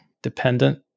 dependent